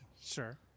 Sure